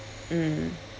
mm